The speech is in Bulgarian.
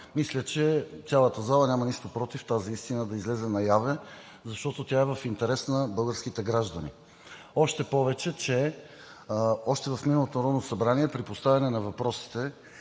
Мисля, че цялата зала няма нищо против тази истина да излезе наяве, защото тя е в интерес на българските граждани, още повече че още в миналото Народно събрание при поставяне на въпросите